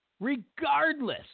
Regardless